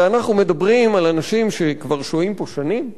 הרי אנחנו מדברים על אנשים שכבר שוהים פה שנים.